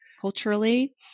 culturally